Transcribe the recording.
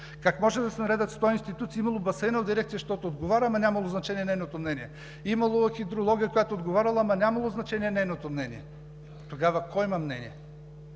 Как може да се наредят 100 институции, имало Басейнова дирекция, защото отговаря, ама нямало значение нейното мнение, имало хидрология, която отговаряла, ама нямало значение нейното мнение. Тогава кой има мнение?